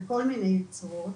בכל מיני צורות.